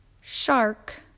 Shark